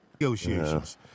Negotiations